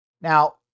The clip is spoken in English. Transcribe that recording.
now